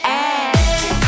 ass